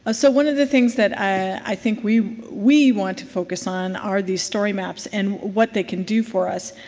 ah so one of the things that i think we we want to focus on are these story maps and what they can do for us.